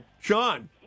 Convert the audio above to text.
Sean